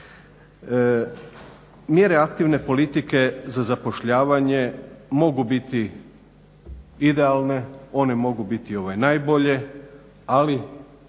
Mjere aktivne politike za zapošljavanje mogu biti idealne, one mogu biti najbolje ali